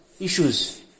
Issues